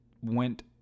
went